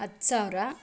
ಹತ್ತು ಸಾವಿರ